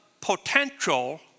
potential